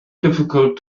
difficult